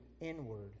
inward